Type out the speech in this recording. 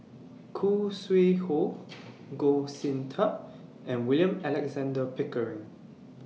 Khoo Sui Hoe Goh Sin Tub and William Alexander Pickering